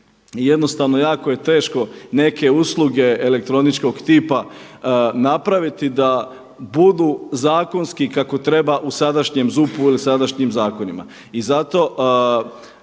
jednostavno jako je teško neke usluge elektroničkog tipa napraviti da budu zakonski kako treba u sadašnjem ZUP-u ili sadašnjim zakonima.